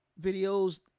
Videos